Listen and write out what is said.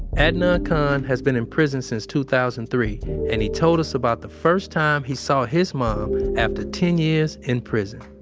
adnan khan has been in prison since two thousand and three and he told us about the first time he saw his mom after ten years in prison.